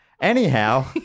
Anyhow